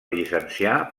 llicenciar